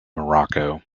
morocco